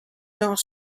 dans